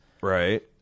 Right